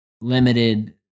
limited